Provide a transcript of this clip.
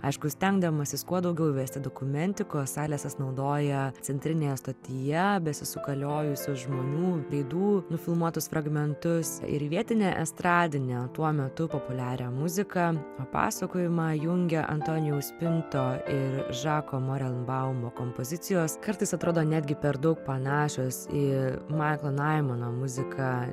aišku stengdamasis kuo daugiau įvesti dokumentikos salesas naudoja centrinėje stotyje besisukaliojusių žmonų veidų nufilmuotus fragmentus ir vietinę estradinę tuo metu populiarią muziką o pasakojimą jungia antonijaus pinto ir žako morelbaumo kompozicijos kartais atrodo netgi per daug panašios į maiklo naimano muziką